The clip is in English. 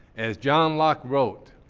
as john locke wrote,